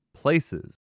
Places